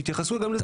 שיתייחסו גם לזה.